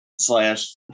Slash